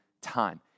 time